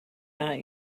not